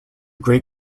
great